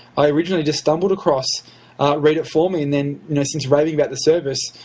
i originally just stumbled across read it for me. and then since raving about the service,